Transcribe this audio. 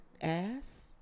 ass